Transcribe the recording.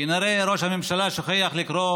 כנראה ראש הממשלה שוכח לקרוא